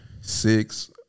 Six